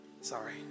sorry